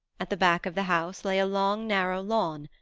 at the back of the house lay a long, narrow lawn,